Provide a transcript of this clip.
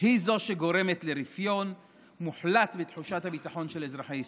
היא זו שגורמת לרפיון מוחלט בתחושת הביטחון של אזרחי ישראל.